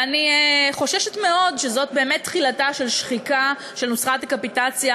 ואני חוששת מאוד שזאת באמת תחילתה של שחיקה של נוסחת הקפיטציה,